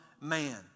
man